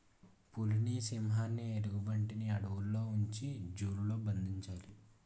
పులిని సింహాన్ని ఎలుగుబంటిని అడవుల్లో ఉంచి జూ లలో బంధించాలి